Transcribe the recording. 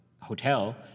hotel